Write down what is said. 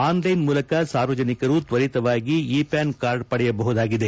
online ಮೂಲಕ ಸಾರ್ವಜನಿಕರು ತ್ವರಿತವಾಗಿ ಇ ಪ್ಯಾನ್ ಕಾರ್ಡ್ ಪಡೆಯಬಹುದಾಗಿದೆ